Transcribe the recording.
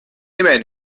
immer